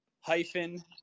hyphen